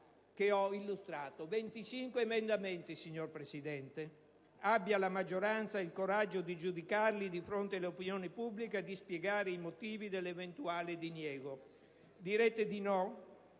che ho illustrato; 25 emendamenti, signor Presidente. Abbia il coraggio la maggioranza di giudicarli di fronte all'opinione pubblica e di spiegare i motivi dell'eventuale diniego. Direte di no?